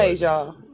y'all